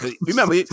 remember